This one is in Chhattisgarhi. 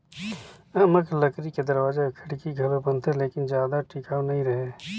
आमा के लकरी के दरवाजा अउ खिड़की घलो बनथे लेकिन जादा टिकऊ नइ रहें